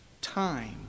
time